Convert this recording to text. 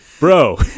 Bro